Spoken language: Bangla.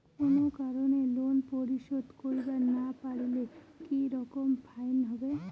কোনো কারণে লোন পরিশোধ করিবার না পারিলে কি রকম ফাইন হবে?